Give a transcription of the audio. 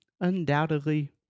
undoubtedly